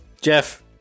Jeff